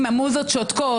המוזות שותקות,